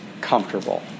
comfortable